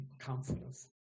counselors